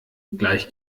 gleich